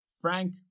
Frank